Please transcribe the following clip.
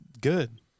good